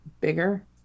bigger